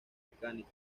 mecánica